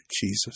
Jesus